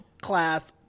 class